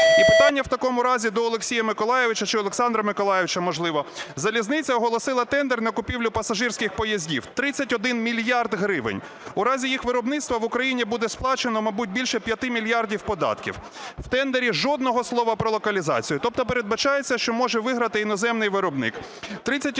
І питання в такому разі до Олексія Миколайовича чи Олександра Миколайовича, можливо. Залізниця оголосила тендер на купівлю пасажирських поїздів, 31 мільярд гривень. У разі їх виробництва, в Україні буде сплачено, мабуть, більше 5 мільярдів податків. В тендері жодного слова про локалізацію. Тобто передбачається, що може виграти іноземний виробник.